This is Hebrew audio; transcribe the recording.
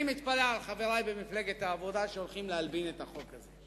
אני מתפלא על חברי במפלגת העבודה שהולכים להלבין את החוק הזה,